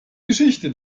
geschichte